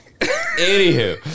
Anywho